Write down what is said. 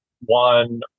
one